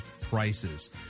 prices